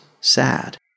sad